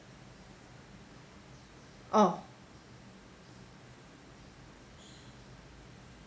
oh